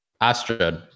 Astrid